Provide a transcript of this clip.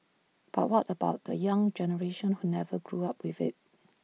but what about the young generation who never grew up with IT